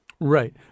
Right